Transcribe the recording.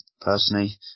personally